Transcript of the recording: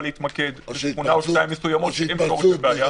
להתמקד בתמונה או שתיים מסוימות שהן בשורש הבעיה.